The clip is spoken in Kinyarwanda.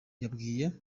yabwiye